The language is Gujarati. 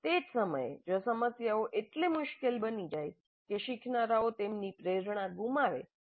તે જ સમયે જો સમસ્યાઓ એટલી મુશ્કેલ બની જાય કે શીખનારાઓ તેમની પ્રેરણા ગુમાવે તો તે પ્રતિકૂળ બનશે